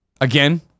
again